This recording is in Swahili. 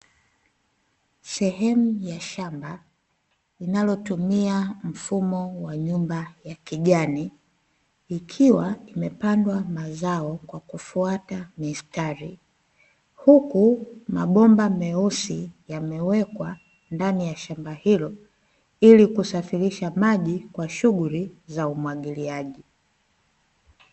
Sehemu ya shamba linalotumia mfumo wa nyumba ya kijani ikiwa imepandwa mazao kwa kufuata mistari huku mabomba meusi yamewekwa ndani ya shamba hilo ili kusafirisha maji kwa shughuli za umwagiliaji.